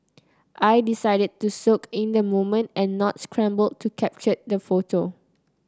I decided to soak in the moment and not scramble to capture the photo